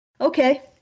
Okay